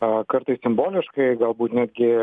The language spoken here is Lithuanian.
kartais simboliškai galbūt netgi